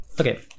Okay